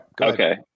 Okay